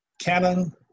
Canon